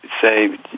say